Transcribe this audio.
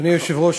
אדוני היושב-ראש,